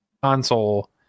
console